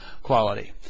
Quality